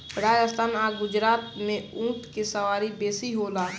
राजस्थान आ गुजरात में ऊँट के सवारी बेसी होला